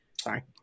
sorry